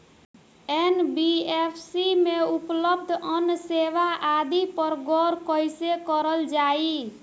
NBFC में उपलब्ध अन्य सेवा आदि पर गौर कइसे करल जाइ?